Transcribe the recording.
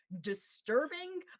disturbing